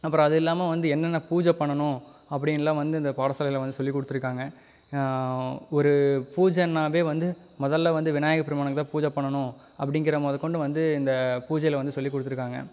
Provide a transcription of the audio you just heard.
அப்புறம் அதுவும் இல்லாமல் வந்து என்னென்ன பூஜை பண்ணணும் அப்படீன்னுலாம் வந்து இந்த பாடசாலையில வந்து சொல்லி கொடுத்துருக்காங்க ஒரு பூஜைன்னாவே வந்து முதல்ல வந்து விநாயகர் பெருமானுக்கு தான் பூஜை பண்ணணும் அப்படீங்கிற முதக் கொண்டு வந்து இந்த பூஜையில வந்து சொல்லி கொடுத்துருக்காங்க